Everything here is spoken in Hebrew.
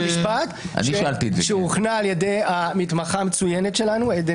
המשפט: הטבלה הוכנה על-ידי המתמחה המצוינת שלנו עדן